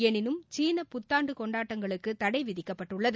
எனினும் சீன புத்தாண்டுகொண்டாட்டங்களுக்குதடைவிதிக்கப்பட்டுள்ளது